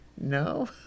No